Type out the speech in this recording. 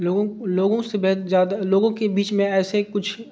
لوگوں لوگوں سے بہت زیادہ لوگوں کے بیچ میں ایسے کچھ